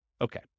Okay